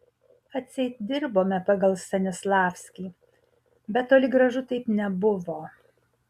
atseit dirbome pagal stanislavskį bet toli gražu taip nebuvo